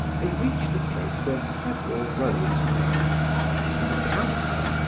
they reached a place where several roads met and the councillor,